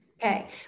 Okay